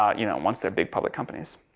um you know once they're big, public companies.